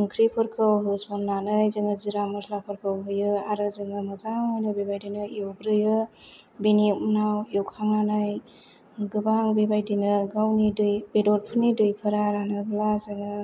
ओंख्रिफोरखौ होसन्नानै जोङो जिरा मस्लाफोरखौ होयो आरो जोङो मोजांनो बेबायदिनो एवग्रोयो बेनि उनाव एवखांनानै गोबां बेबायदिनो गावनि दै बेदरफोरनि दैफोरा रानोब्ला जोङो